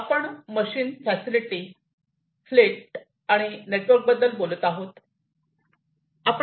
आपण machines facility fleet आणि नेटवर्कबद्दल बोलत आहोत